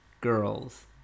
girls